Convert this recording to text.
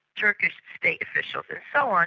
turkish state officials and so on,